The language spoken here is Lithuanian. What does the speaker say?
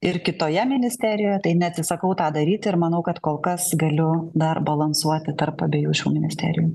ir kitoje ministerijoje tai neatsisakau tą daryti ir manau kad kol kas galiu dar balansuoti tarp abiejų šių ministerijų